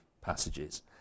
passages